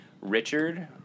Richard